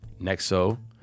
nexo